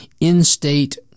in-state